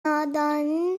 نادانی